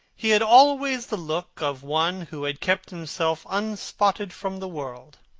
he had always the look of one who had kept himself unspotted from the world.